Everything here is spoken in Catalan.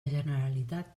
generalitat